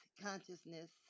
consciousness